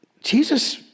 Jesus